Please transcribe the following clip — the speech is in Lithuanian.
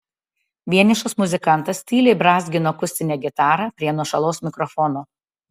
vienišas muzikantas tyliai brązgino akustinę gitarą prie nuošalaus mikrofono